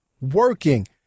working